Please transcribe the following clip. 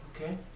Okay